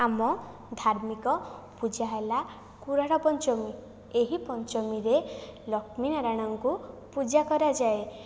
ଆମ ଧାର୍ମିକ ପୂଜା ହେଲା କୁରାଠା ପଞ୍ଚମୀ ଏହି ପଞ୍ଚମୀରେ ଲକ୍ଷ୍ମୀ ନାରାୟଣଙ୍କୁ ପୂଜା କରାଯାଏ